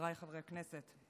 חבריי חברי הכנסת,